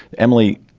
emily,